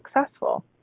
successful